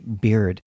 beard